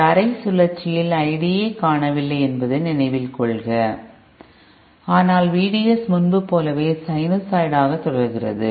இந்த அரை சுழற்சியில் ID ஐ காணவில்லை என்பதை நினைவில் கொள்க ஆனால் VDS முன்பு போலவே சைனசாய்டாக தொடர்கிறது